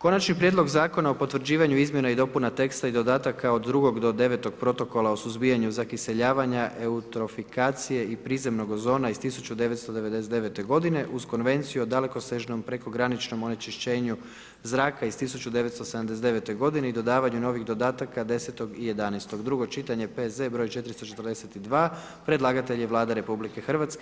Konačni prijedlog Zakona o potvrđivanju izmjena i dopuna teksta i dodataka od 2.-9. protokola o suzbijanju zakiseljavanja, eutrofikacije i prizemnog ozona iz 1999. godine uz konvenciju o dalekosežnom prekograničnom onečišćenju zraka iz 1979. godine i dodavanju novih dodataka 10. i 11., drugo čitanje, P.Z. broj 442, predlagatelj je Vlada RH,